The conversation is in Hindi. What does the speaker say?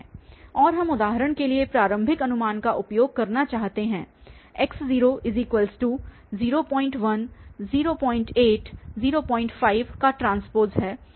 और हम उदाहरण के लिए प्रारंभिक अनुमानका उपयोग करना चाहते हैं x01 08 05T